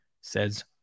says